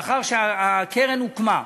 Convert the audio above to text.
לאחר שהקרן הוקמה,